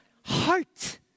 heart